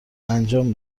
انجام